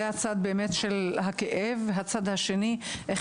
זה הצד באמת של הכאב והצד השני הוא איך